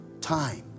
Time